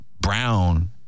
brown